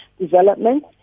Development